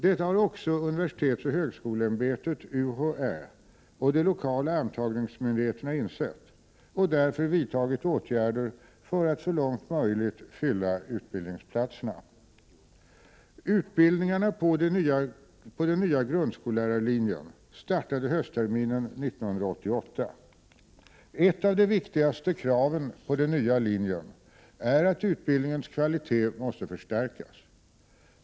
Detta har också universitetsoch högskoleämbetet och de lokala antagningsmyndigheterna insett, och de har därför vidtagit åtgärder för att så långt möjligt fylla utbildningsplatserna. Utbildningarna på den nya grundskollärarlinjen startade höstterminen 1988. Ett av de viktigaste kraven på den nya linjen är att utbildningens kvalitet måste förstärkas.